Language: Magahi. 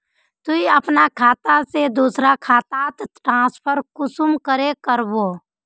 तुई अपना खाता से दूसरा खातात ट्रांसफर कुंसम करे करबो?